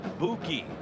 Buki